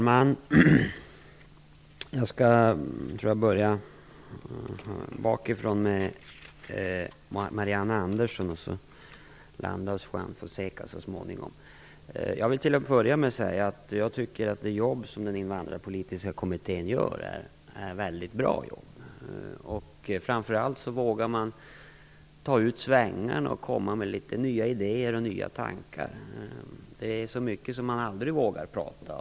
Fru talman! Jag börjar bakifrån med Marianne Andersson för att så småningom landa hos Juan Fonseca. Till att börja med vill jag säga att det jobb som Invandrarpolitiska kommittén gör är väldigt bra. Framför allt vågar man ta ut svängarna och komma med litet nya idéer och tankar. Det är mycket som man aldrig vågar prata om.